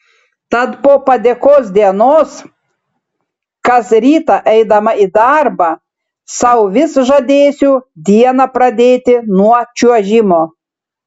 tad po padėkos dienos kas rytą eidama į darbą sau vis žadėsiu dieną pradėti nuo čiuožimo